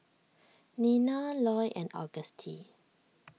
Nina Loy and Auguste